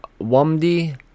Wamdi